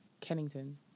Kennington